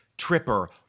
Tripper